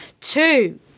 Two